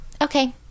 Okay